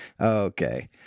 Okay